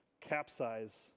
capsize